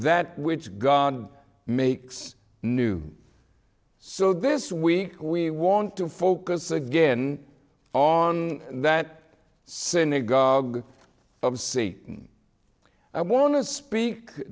that which god makes new so this week we want to focus again on that synagogue of c i wanna speak